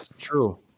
true